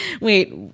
wait